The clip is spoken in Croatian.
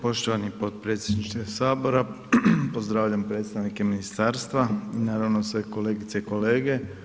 Poštovani potpredsjedniče Sabora, pozdravljam predstavnike ministarstva i naravno sve kolegice i kolege.